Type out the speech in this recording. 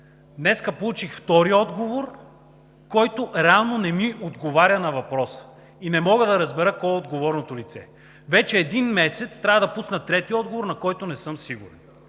Днес получих втори отговор, който реално не ми отговаря на въпроса. И не мога да разбера кое е отговорното лице. Вече един месец! Трябва да пусна трети, за който не съм сигурен.